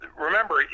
remember